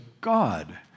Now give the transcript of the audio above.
God